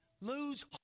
lose